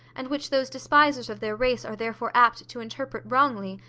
and which those despisers of their race are therefore apt to interpret wrongly,